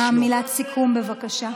מילת סיכום, בבקשה.